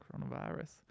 Coronavirus